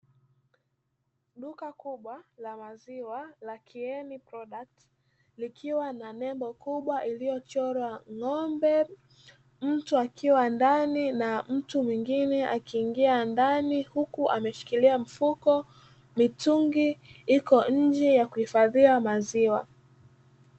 Duka kubwa la maziwa na "Kien products", likiwa na nembo kubwa iliyochorwa ng'ombe. Mtu akiwa ndani na mtu mwingine akiingia ndani huku ameshikilia mfuko; mitungi iko nje ya kuhifadhia maziwa.